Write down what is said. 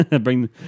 Bring